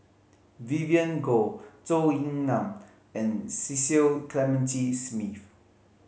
Vivien Goh Zhou Ying Nan and Cecil Clementi Smith